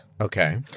Okay